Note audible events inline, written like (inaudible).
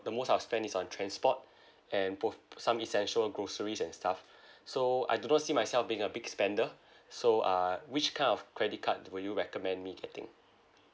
the most I'll spend is on transport (breath) and both some essential groceries and stuff (breath) so I do not see myself being a big spender (breath) so uh which kind of credit card will you recommend me getting